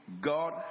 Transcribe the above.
God